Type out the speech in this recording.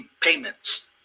payments